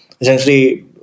Essentially